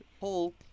Hole